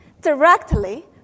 directly